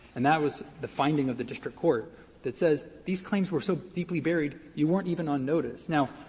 and that was the finding of the district court that says, these claims were so deeply buried, you weren't even on notice. now,